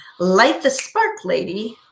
Lightthesparklady